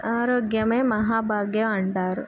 ఆరోగ్యమే మహాభాగ్యం అంటారు